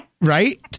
right